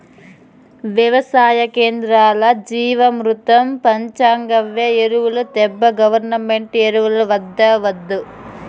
వెవసాయ కేంద్రాల్ల జీవామృతం పంచగవ్య ఎరువులు తేబ్బా గవర్నమెంటు ఎరువులు వద్దే వద్దు